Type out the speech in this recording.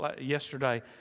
yesterday